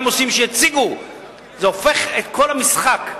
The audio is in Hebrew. זה הופך את כל המשחק,